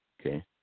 okay